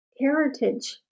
heritage